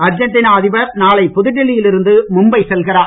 Argentina அதிபர் நாளை புதுடெல்லியில் இருந்து மும்பை செல்கிறார்